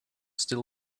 still